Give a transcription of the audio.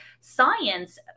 science